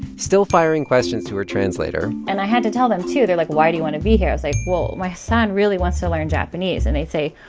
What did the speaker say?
still firing questions to her translator and i had to tell them too. they're like, why do you want to be here? i was like, well, my son really wants to learn japanese. and they say,